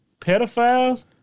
pedophiles